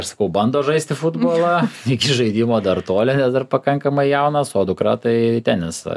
aš sakau bando žaisti futbolą iki žaidimo dar toli nes dar pakankamai jaunas o dukra tai tenisą